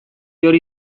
hori